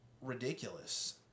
ridiculous